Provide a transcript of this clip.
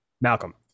Malcolm